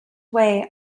away